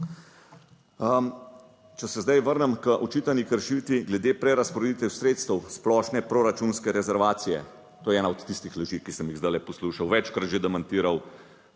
Če se zdaj vrnem k očitani kršitvi glede prerazporeditve sredstev splošne proračunske rezervacije, to je ena od tistih luči, ki sem jih zdajle poslušal, večkrat že demantiral,